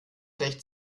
recht